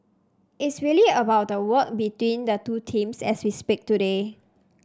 it's really about the work between the two teams as we speak today